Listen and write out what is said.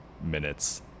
minutes